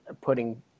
putting